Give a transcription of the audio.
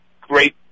great